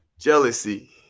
Jealousy